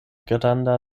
granda